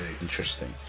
Interesting